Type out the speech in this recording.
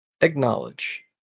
Acknowledge